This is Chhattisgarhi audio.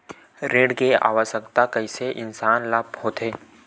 ऋण के आवश्कता कइसे इंसान ला होथे?